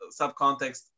subcontext